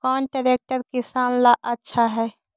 कौन ट्रैक्टर किसान ला आछा है?